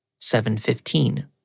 7.15